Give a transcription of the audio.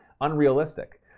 Unrealistic